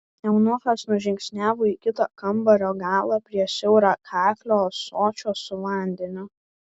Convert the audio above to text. eunuchas nužingsniavo į kitą kambario galą prie siaurakaklio ąsočio su vandeniu